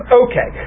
okay